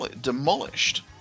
demolished